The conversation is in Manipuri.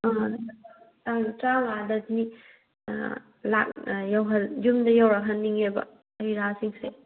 ꯇꯥꯡ ꯇꯔꯥ ꯃꯉꯥꯗꯗꯤ ꯌꯨꯝꯗ ꯌꯧꯔꯛꯍꯟꯅꯤꯡꯉꯦꯕ ꯍꯩ ꯔꯥ ꯁꯤꯡꯁꯦ